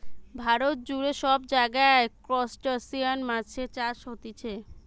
ভারত জুড়ে সব জায়গায় ত্রুসটাসিয়ান মাছের চাষ হতিছে